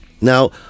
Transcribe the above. Now